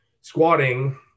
squatting